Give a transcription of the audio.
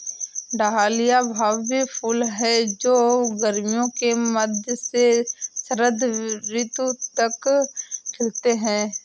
dahlia भव्य फूल हैं जो गर्मियों के मध्य से शरद ऋतु तक खिलते हैं